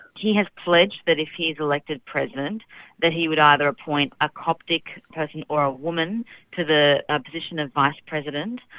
he has pledged that if he's elected president that he would either appoint a coptic and or a woman to the ah position of vice-president.